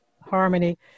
harmony